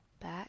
back